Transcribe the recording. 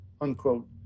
unquote